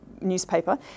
newspaper